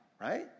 right